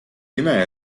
ime